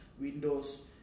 windows